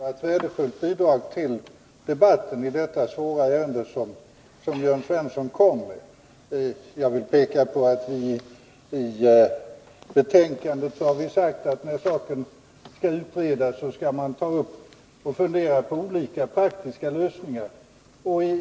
Herr talman! Jag tycker att Jörn Svenssons påpekanden var ett värdefullt bidrag till debatten i detta svåra ärende. I betänkandet har vi sagt att när frågan skall utredas skall man fundera på olika praktiska lösningar.